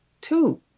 two